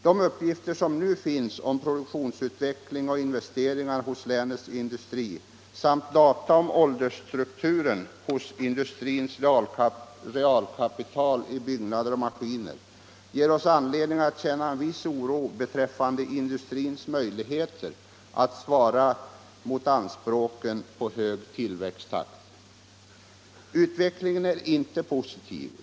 De uppgifter som nu finns om produktionsutveckling och investeringar hos länets industri samt data om åldersstrukturen hos industrins realkapital i byggnader och maskiner ger oss anledning att känna en viss oro beträffande industrins möjligheter att svara mot anspråken på hög tillväxttakt. Utvecklingen är inte positiv.